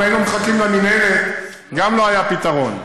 אם היינו מחכים למינהלת גם לא היה פתרון.